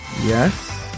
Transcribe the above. yes